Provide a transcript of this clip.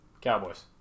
Cowboys